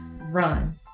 run